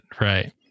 Right